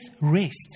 rest